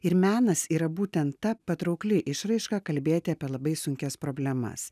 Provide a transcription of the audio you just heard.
ir menas yra būtent ta patraukli išraiška kalbėti apie labai sunkias problemas